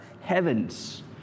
heavens